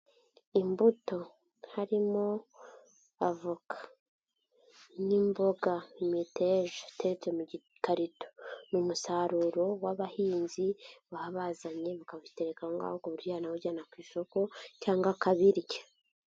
Imbuto harimo avoka n'imboga, meteja iiteretse mu gikarito. Ni umusaruro w'abahinzi baba bazanye bakabitereka aho ngaho ku buryo abantu bawujyana ku isoko cyangwa akabirya.